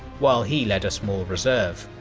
while he led a small reserve.